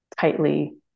tightly